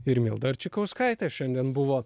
ir milda arčikauskaitė šiandien buvo